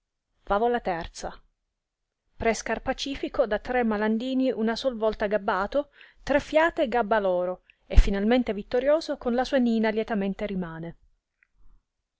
favola iii pre scarpacifico da tre malandrini una sol volta gabbato tre fiate gabba loro e finalmente vittorioso con la sua nlna lietamente rimane